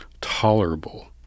tolerable